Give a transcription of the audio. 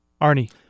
Arnie